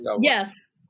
yes